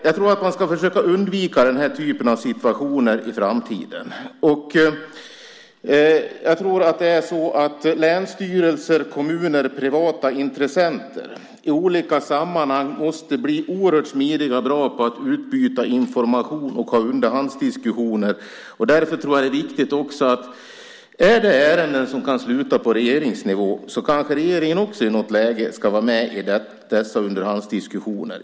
Jag tror att man ska försöka undvika den här typen av situationer i framtiden. Jag tror att länsstyrelser, kommuner och privata intressenter i olika sammanhang måste bli oerhört smidiga och bra på att utbyta information och ha underhandsdiskussioner. Jag tror att det är viktigt att också regeringen i något läge ska vara med i dessa underhandsdiskussioner om det är ärenden som kan sluta på regeringsnivå.